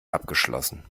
abgeschlossen